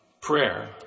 prayer